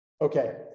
Okay